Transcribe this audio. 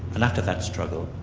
and after that struggle,